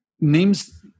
Names